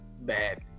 bad